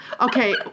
Okay